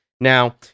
Now